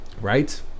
right